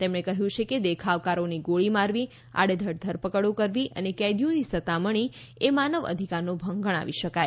તેમણે કહ્યું છે કે દેખાવકારોને ગોળી મારવી આડેધડ ધરપકડો કરવી અને કેદીઓની સતામણી એ માનવ અધિકારનો ભંગ ગણાવી શકાય